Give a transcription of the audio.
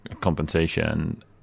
compensation